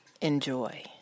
enjoy